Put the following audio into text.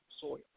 soil